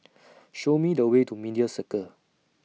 Show Me The Way to Media Circle